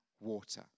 water